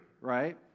right